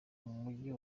mujyi